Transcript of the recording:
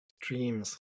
Dreams